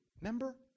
Remember